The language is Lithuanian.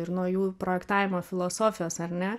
ir nuo jų projektavimo filosofijos ar ne